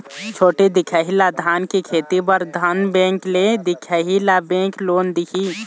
छोटे दिखाही ला धान के खेती बर धन बैंक ले दिखाही ला बैंक लोन दिही?